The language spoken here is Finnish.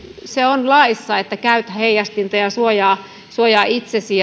se on laissa että käytä heijastinta ja suojaa suojaa itsesi